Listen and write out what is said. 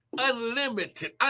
Unlimited